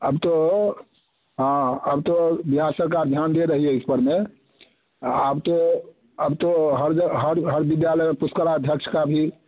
अब तो हाँ अब तो बिहार सरकार ध्यान दे रही है इस बारे में अब तो अब तो हर जग हर हर विद्यालय में पुस्तकाध्यक्ष का भी